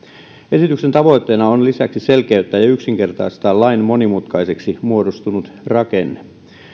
esityksen tavoitteena on lisäksi selkeyttää ja yksinkertaistaa lain monimutkaiseksi muodostunut rakenne